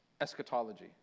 eschatology